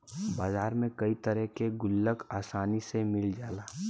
बाजार में कई तरे के गुल्लक आसानी से मिल जाला